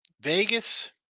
Vegas